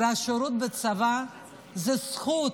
השירות בצבא הוא זכות,